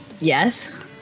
Yes